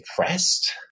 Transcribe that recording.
depressed